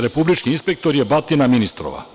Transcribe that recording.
Republički inspektor je batina ministrova.